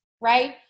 right